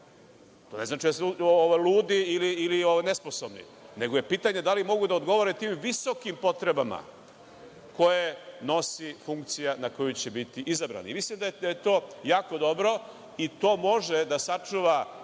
to ne znači da su ludi ili nesposobni, nego je pitanje da li mogu da odgovore tim visokim potrebama koje nosi funkcija na koju će biti izabrani. Mislim da je to jako dobro i to može da sačuva